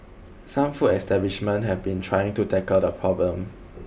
some food establishments have been trying to tackle the problem